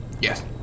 Yes